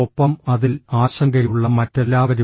ഒപ്പം അതിൽ ആശങ്കയുള്ള മറ്റെല്ലാവരും